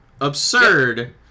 absurd